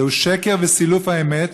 זהו שקר וסילוף האמת,